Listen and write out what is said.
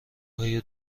آیا